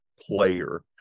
player